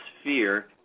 sphere